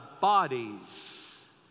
bodies